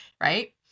right